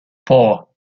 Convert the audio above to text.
four